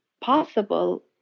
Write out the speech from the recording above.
possible